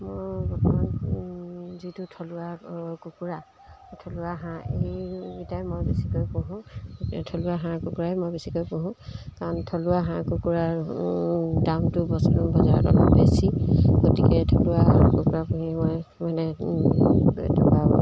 মোৰ বৰ্তমান যিটো থলুৱা কুকুৰা থলুৱা হাঁহ এইকেইটাই মই বেছিকৈ পোহো থলুৱা হাঁহ কুকুৰাই মই বেছিকৈ পোহো কাৰণ থলুৱা হাঁহ কুকুৰাৰ দামটো বছ বজাৰত অলপ বেছি গতিকে থলুৱা কুকুৰা পুহি মই মানে টকা